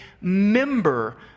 member